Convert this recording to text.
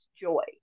joy